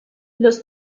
los